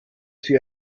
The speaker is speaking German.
sie